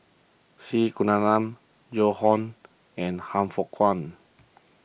C Kunalan Joan Hon and Han Fook Kwang